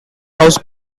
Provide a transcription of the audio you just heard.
house